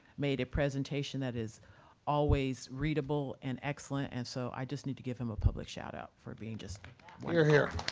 made a presentation that is always readable and excellent. and so i just need to give him a public shout out for being just here, here.